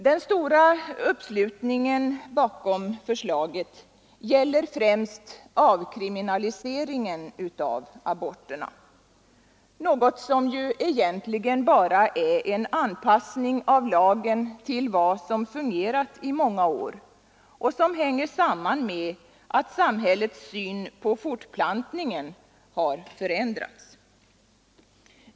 Den stora uppslutningen bakom förslaget gäller främst avkriminaliseringen av aborterna, något som egentligen bara är en anpassning av lagen till vad som fungerat i många år och som hänger samman med att samhällets syn på fortplantningen har förändrats.